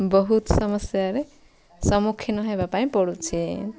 ବହୁତ ସମସ୍ୟାରେ ସମ୍ମୁଖୀନ ହେବା ପାଇଁ ପଡ଼ୁଛି